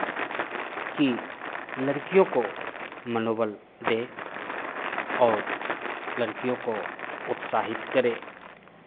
कि लड़कियों को मनोबल दें और लड़कियों को उत्साहित करें